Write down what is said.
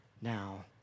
now